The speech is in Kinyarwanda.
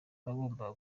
abagombaga